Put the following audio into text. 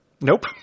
Nope